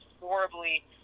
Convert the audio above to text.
horribly